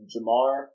Jamar